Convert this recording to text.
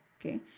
okay